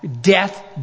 death